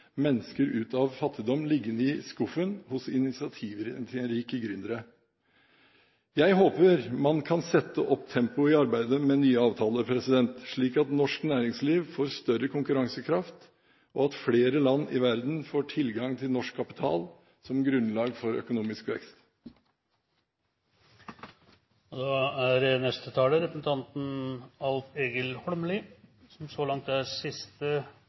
fattigdom, liggende i skuffen hos initiativrike gründere. Jeg håper man kan sette opp tempoet i arbeidet med nye avtaler, slik at norsk næringsliv får større konkurransekraft, og at flere land i verden får tilgang til norsk kapital, som grunnlag for økonomisk vekst. Eg vil takke interpellanten for eit veldig viktig og interessant spørsmål. Investeringar på tvers av landegrensene er